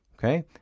Okay